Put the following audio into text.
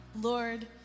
Lord